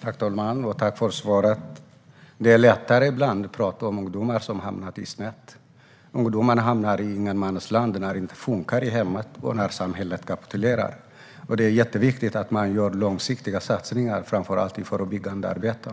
Herr talman! Jag tackar för svaret. Det är ibland lättare att prata om ungdomar som hamnat snett. Ungdomarna hamnar i ett ingenmansland när det inte funkar i hemmet och samhället kapitulerar. Det är jätteviktigt att man gör långsiktiga satsningar, framför allt i det förebyggande arbetet.